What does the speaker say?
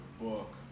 book